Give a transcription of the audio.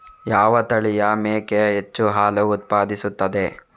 ಯಾವ ತಳಿಯ ಮೇಕೆ ಹೆಚ್ಚು ಹಾಲು ಉತ್ಪಾದಿಸುತ್ತದೆ?